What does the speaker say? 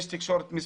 יש תקשורת מסוריה,